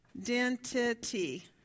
identity